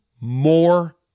more